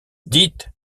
dites